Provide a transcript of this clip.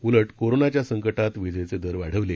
उलट कोरोनाच्या संकटात विजेचे दर वाढवले